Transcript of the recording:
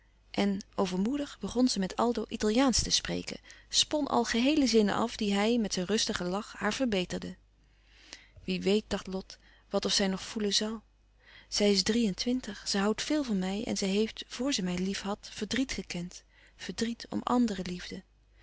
en overmoedig begon ze met aldo italiaansch te spreken spon al geheele zinnen af die hij met zijn rustigen lach haar verbeterde wie weet dacht lot wat of zij nog voelen zal zij is drie-en-twintig zij houdt veel van mij en zij heeft vor ze mij liefhad verdriet gekend verdriet om andere liefde